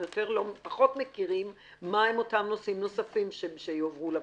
אנחנו פחות מכירים מהם אותם נושאים נוספים שיועברו לוועדה.